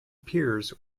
peers